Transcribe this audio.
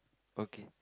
okay